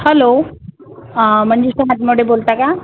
hello Manjusha Hatmade बोलता का